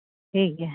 ᱴᱷᱤᱠ ᱜᱮᱭᱟ